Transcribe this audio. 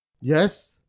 Yes